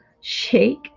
shake